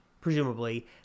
presumably